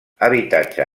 habitatge